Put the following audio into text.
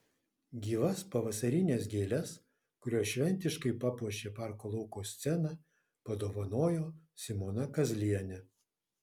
gyvas pavasarines gėles kurios šventiškai papuošė parko lauko sceną padovanojo simona kazlienė